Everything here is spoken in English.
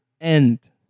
end